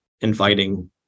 inviting